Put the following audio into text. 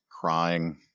crying